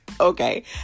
Okay